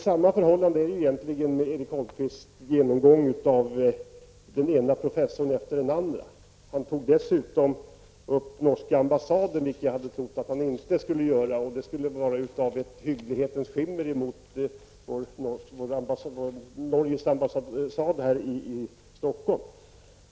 Samma sak gäller egentligen Erik Holmkvists genomgång av åsikterna hos den ena professorn efter den andra. Han tog dessutom upp frågan om den norska ambassaden, något som jag trodde att han inte skulle göra av hänsyn till Norges ambassad här i Stockholm.